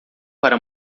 para